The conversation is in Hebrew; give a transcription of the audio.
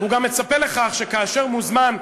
הוא גם מצפה לכך שכאשר מוזמן,